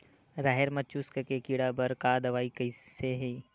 राहेर म चुस्क के कीड़ा बर का दवाई कइसे ही?